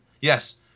yes